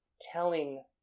telling